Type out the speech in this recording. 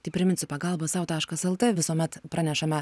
tai priminsiu pagalbą sau taškas el tė visuomet pranešame